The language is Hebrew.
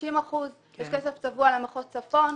50 אחוזים, יש כסף צבוע למחוז צפון,